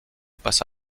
passe